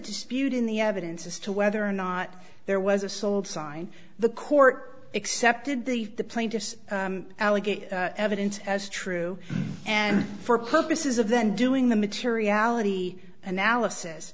dispute in the evidence as to whether or not there was a sold sign the court accepted the plaintiff's allegation evidence as true and for purposes of then doing the materiality analysis